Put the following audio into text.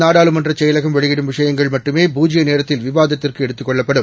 நாடாளுமன்றச்செயலகம்வெளியிடும்விஷயங்கள்மட்டுமே பூஜ்யநேரத்தில்விவாதத்திற்குஎடுத்துகொள்ளப்படும்